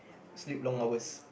sleep long hours